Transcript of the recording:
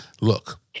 look